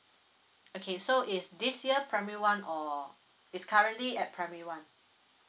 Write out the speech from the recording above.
okay so is this year primary one or it's currently at primary one